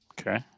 Okay